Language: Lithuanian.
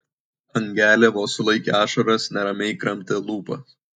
angelė vos vos sulaikė ašaras neramiai kramtė lūpas